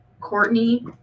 courtney